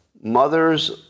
mother's